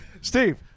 Steve